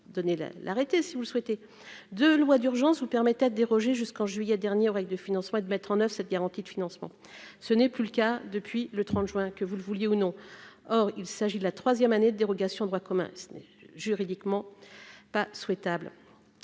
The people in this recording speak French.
donner la l'arrêter si vous le souhaitez, de loi d'urgence ou permettait déroger jusqu'en juillet dernier, aux règles de financement et de mettre en oeuvre cette garantie de financement, ce n'est plus le cas depuis le 30 juin que vous le vouliez ou non, or il s'agit de la troisième année de dérogation au droit commun, ce n'est juridiquement pas souhaitable